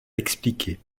expliquait